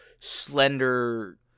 slender